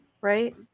right